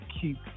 keep